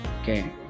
Okay